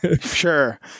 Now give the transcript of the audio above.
Sure